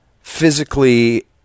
physically